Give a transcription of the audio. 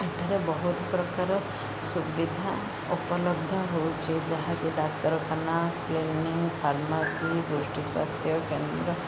ଏଠାରେ ବହୁତ ପ୍ରକାର ସୁବିଧା ଉପଲବ୍ଧ ହେଉଛି ଯାହାକି ଡାକ୍ତରଖାନା କ୍ଲିନିକ୍ ଫାର୍ମାସୀ ଦୃଷ୍ଟିସ୍ୱାସ୍ଥ୍ୟ କେନ୍ଦ୍ର